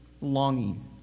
longing